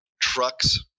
trucks